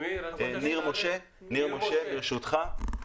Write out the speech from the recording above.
ניר משה לרשותך.